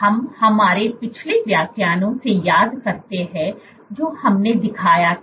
हम हमारे पिछले व्याख्यानों से याद करते हैं जो हमने दिखाया था